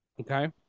Okay